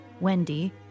Wendy